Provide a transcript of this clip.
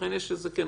לכן יש לזה חשיבות.